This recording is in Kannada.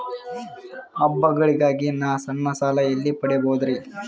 ಹಬ್ಬಗಳಿಗಾಗಿ ನಾ ಸಣ್ಣ ಸಾಲ ಎಲ್ಲಿ ಪಡಿಬೋದರಿ?